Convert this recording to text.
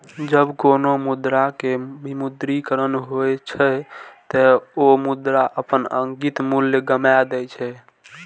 जब कोनो मुद्रा के विमुद्रीकरण होइ छै, ते ओ मुद्रा अपन अंकित मूल्य गमाय दै छै